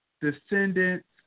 descendants